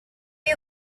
you